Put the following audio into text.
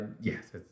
Yes